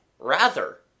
Rather